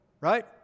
right